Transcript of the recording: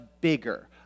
bigger